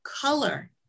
color